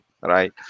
right